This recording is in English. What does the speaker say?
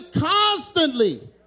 constantly